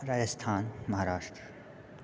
Rajasthan Maharashtra